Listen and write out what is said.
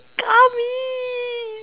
come in